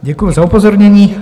Děkuju za upozornění.